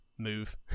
move